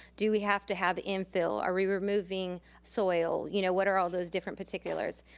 do we have to have infill? are we removing soil? you know what are all those different particulars?